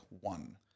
one